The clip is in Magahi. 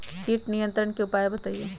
किट नियंत्रण के उपाय बतइयो?